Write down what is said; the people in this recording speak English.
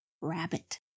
rabbit